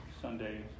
Sunday